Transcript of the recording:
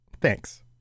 Thanks